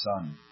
Son